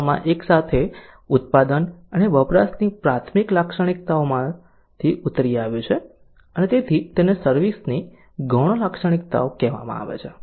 વાસ્તવમાં એક સાથે ઉત્પાદન અને વપરાશની પ્રાથમિક લાક્ષણિકતાઓમાંથી ઉતરી આવ્યું છે અને તેથી તેને સર્વિસ ની ગૌણ લાક્ષણિકતાઓ કહેવામાં આવે છે